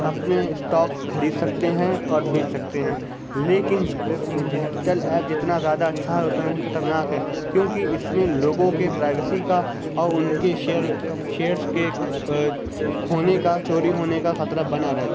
اپنے اسٹاکس خرید سکتے ہیں اور بیچ سکتے ہیں لیکن ڈجیٹل ایپ جتنا زیادہ اچھا ہے اتنا ہی خطرناک ہے کیونکہ اس میں لوگوں کے پرائویسی کا اور ان کے شیئر شیئرز کے کھونے کا چوری ہونے کا خطرہ بنا رہتا